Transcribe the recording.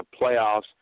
playoffs